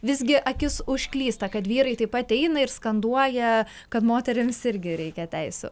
visgi akis užklysta kad vyrai taip ateina ir skanduoja kad moterims irgi reikia teisių